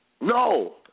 No